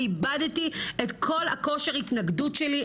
אני אבדתי את כל הכושר התנגדות שלי,